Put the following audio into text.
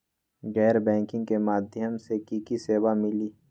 गैर बैंकिंग के माध्यम से की की सेवा मिली?